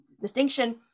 distinction